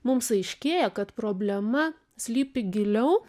mums aiškėja kad problema slypi giliau